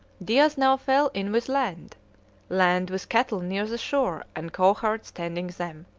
diaz now fell in with land land with cattle near the shore and cowherds tending them,